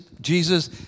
Jesus